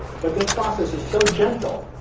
but this process is so gentle,